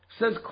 Says